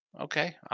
Okay